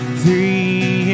three